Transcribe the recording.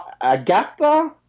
Agatha